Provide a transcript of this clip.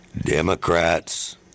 Democrats